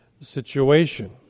situation